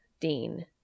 Dean